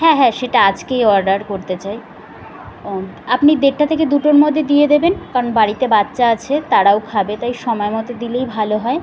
হ্যাঁ হ্যাঁ সেটা আজকেই অডার করতে চাই ও আপনি ডেটটা থেকে দুটোর মধ্যে দিয়ে দেবেন কারণ বাড়িতে বাচ্চা আছে তারাও খাবে তাই সময় মতো দিলেই ভালো হয়